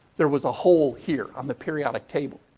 there was a hole here on the periodic table.